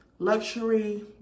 Luxury